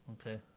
Okay